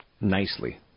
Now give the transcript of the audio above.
nicely